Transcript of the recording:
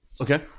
Okay